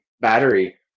battery